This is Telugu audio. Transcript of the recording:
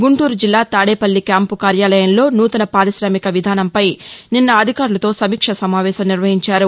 గుంటూరు జిల్లా తాదేపల్లి క్యాంపు కార్యాలయంలో నూతన పార్కిశమిక విధానంపై నిన్న అధికారులతో సమీక్షా సమావేశం నిర్వహించారు